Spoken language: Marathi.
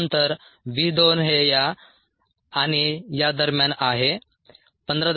नंतर v 2 हे या आणि या दरम्यान आहे 15